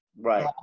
Right